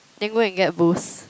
then go and get boost